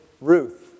Ruth